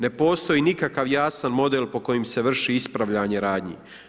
Ne postoji nikakav jasan model po kojem se vrši ispravljanje radnje.